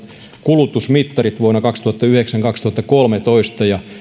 kulutusmittarit vuosina kaksituhattayhdeksän viiva kaksituhattakolmetoista ja